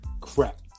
crap